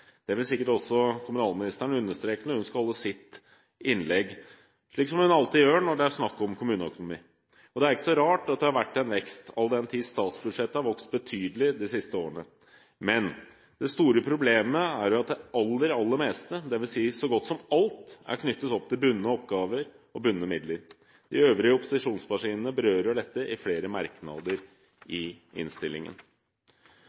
det vil sikkert også kommunalministeren understreke når hun skal holde sitt innlegg, slik som hun alltid gjør når det er snakk om kommuneøkonomi. Det er ikke så rart at det har vært en vekst, all den tid statsbudsjettet har vokst betydelig de siste årene. Men det store problemet er at det aller, aller meste, dvs. så godt som alt, er knyttet opp til bundne oppgaver og bundne midler. De øvrige opposisjonspartiene berører dette i flere merknader